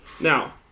Now